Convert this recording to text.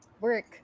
work